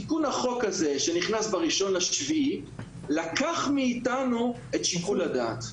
תיקון החוק הזה שנכנס ב-1.7 לקח מאיתנו את שיקול הדעת.